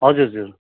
हजुर हजुर